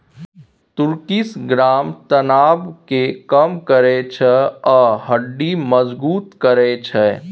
तुर्किश ग्राम तनाब केँ कम करय छै आ हड्डी मजगुत करय छै